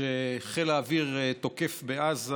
כשחיל האוויר תוקף בעזה